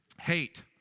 Hate